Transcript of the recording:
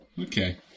Okay